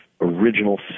original